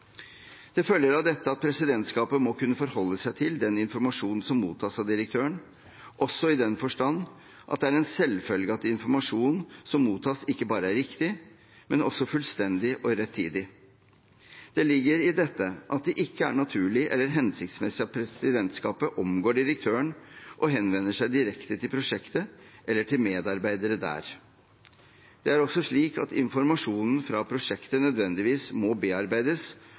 Det følger av dette at presidentskapet må kunne forholde seg til den informasjonen som mottas av direktøren, også i den forstand at det er en selvfølge at informasjonen som mottas, ikke bare er riktig, men også fullstendig og rettidig. Det ligger i dette at det ikke er naturlig eller hensiktsmessig at presidentskapet omgår direktøren og henvender seg direkte til prosjektet eller til medarbeidere der. Det er også slik at informasjonen fra prosjektet nødvendigvis må bearbeides